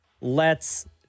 lets